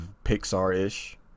pixar-ish